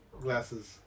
glasses